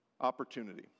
opportunity